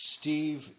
Steve